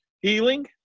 healing